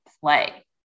play